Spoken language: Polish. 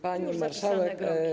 Pani Marszałek!